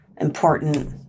important